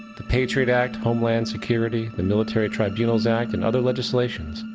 the patriot act, homeland security, the military tribunals act and other legislations,